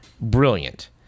Brilliant